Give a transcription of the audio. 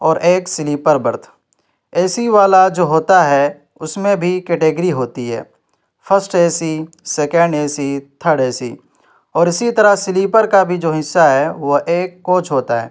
اور ایک sleeper berth A C والا جو ہوتا ہے اس میں بھی کٹیگری ہوتی ہے first A C second A C third A C اور اسی طرح سلیپر کا بھی جو حصہ ہے وہ ایک کوچ ہوتا ہے